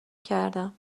کردم